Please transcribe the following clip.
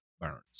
burns